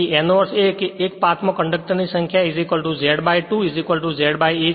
પછી તેનો અર્થ એક પાથ માં કંડક્ટર ની સંખ્યા Z 2 Z A છે